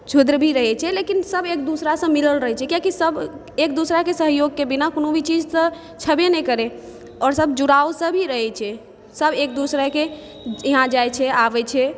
शुद्र भी रहै छै लेकिन सभ एक दुसरासँ मिलल रहै छै किएकि सभ एक दुसराके सहयोगके बिना कोनो भी चीज तऽ छबे नहि करै आओर सभ जुड़ावसँ भी रहै छै सभ एक दुसराके इहाँ जाइ छै आबै छै